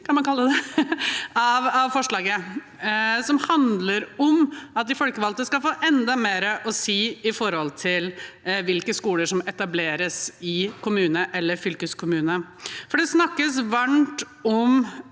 av forslaget. Det handler om at de folkevalgte skal få enda mer å si når det gjelder hvilke skoler som etableres i en kommune eller en fylkeskommune. Det snakkes varmt om